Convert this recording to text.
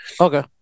Okay